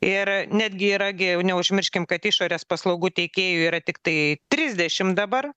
ir netgi yra gi neužmirškim kad išorės paslaugų teikėjų yra tiktai trisdešim dabar